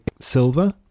silver